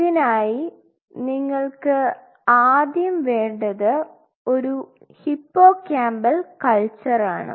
ഇതിനായി നിങ്ങൾക്ക് ആദ്യം വേണ്ടത് ഒരു ഹിപ്പോകാമ്പൽ കൾച്ചർ ആണ്